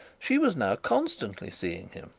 she was now constantly seeing him,